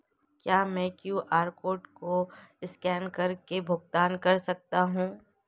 क्या मैं QR code को स्कैन करके भुगतान कर सकता हूं?